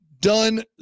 done